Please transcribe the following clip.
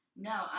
No